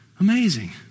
amazing